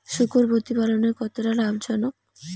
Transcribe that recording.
শূকর প্রতিপালনের কতটা লাভজনক?